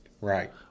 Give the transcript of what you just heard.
right